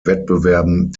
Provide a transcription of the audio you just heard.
wettbewerben